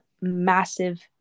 massive